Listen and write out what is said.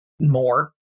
more